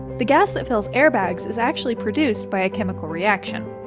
the gas that fills airbags is actually produced by a chemical reaction.